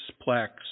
plaques